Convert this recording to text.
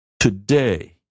Today